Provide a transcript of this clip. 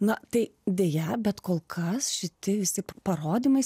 na tai deja bet kol kas šiti visi parodymai